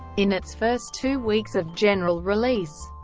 in its first two weeks of general release,